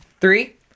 Three